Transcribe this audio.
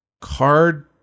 card